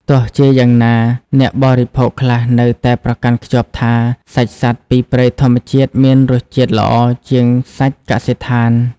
ទោះជាយ៉ាងណា អ្នកបរិភោគខ្លះនៅតែប្រកាន់ខ្ជាប់ថា សាច់សត្វពីព្រៃធម្មជាតិមានរសជាតិល្អជាងសាច់កសិដ្ឋាន។